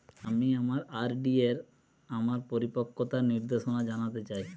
আমি আমার আর.ডি এর আমার পরিপক্কতার নির্দেশনা জানতে চাই